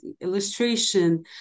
illustration